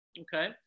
Okay